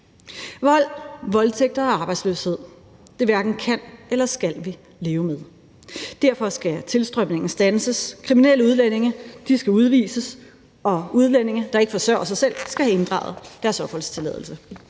Vold, voldtægter og arbejdsløshed hverken kan eller skal vi leve med. Derfor skal tilstrømningen standses. Kriminelle udlændinge skal udvises, og udlændinge, der ikke forsørger sig selv, skal have inddraget deres opholdstilladelse.